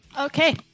Okay